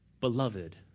beloved